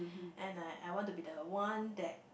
and I I want to be the one that